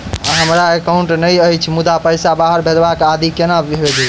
हमरा एकाउन्ट नहि अछि मुदा पैसा बाहर भेजबाक आदि केना भेजू?